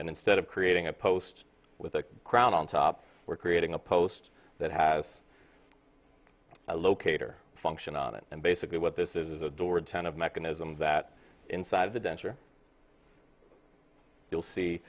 and instead of creating a post with a crown on top we're creating a post that has a locator function on it and basically what this is adored ten of mechanism that inside the denture you'll see